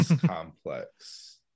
complex